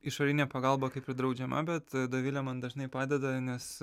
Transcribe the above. išorinė pagalba kaip ir draudžiama bet dovilė man dažnai padeda nes